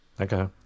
Okay